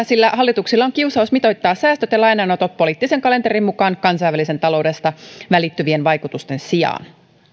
sillä hallituksilla on kiusaus mitoittaa säästöt ja lainanotot poliittisen kalenterin mukaan kansainvälisestä taloudesta välittyvien vaikutusten sijaan